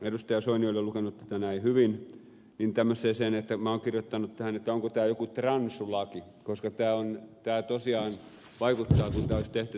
soini oli lukenut tämän näin hyvin tämmöiseen että minä olen kirjoittanut tähän onko tämä joku transulaki koska tämä tosiaan vaikuttaa kuin tämä olisi tehty transvestiiteille koko